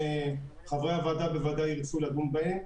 שחברי הוועדה בוודאי ירצו לדון בהן.